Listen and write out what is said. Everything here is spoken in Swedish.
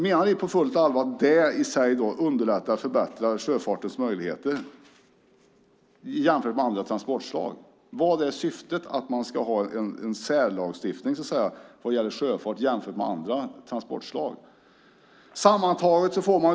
Menar ni på fullt allvar att det underlättar och förbättrar sjöfartens möjligheter i förhållande till andra transportslag? Vad är syftet med att just sjöfarten ska ha en särlagstiftning till skillnad från andra transportslag.